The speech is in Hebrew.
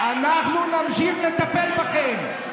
תתבייש לך.